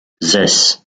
zes